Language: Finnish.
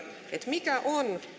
mikä on